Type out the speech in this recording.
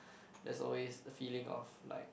there's always the feeling of like